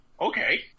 okay